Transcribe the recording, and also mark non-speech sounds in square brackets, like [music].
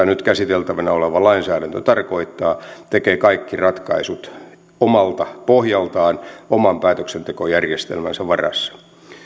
[unintelligible] nyt käsiteltävänä oleva lainsäädäntö tarkoittaa tekee kaikki ratkaisut omalta pohjaltaan oman päätöksentekojärjestelmänsä varassa